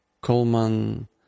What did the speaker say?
Coleman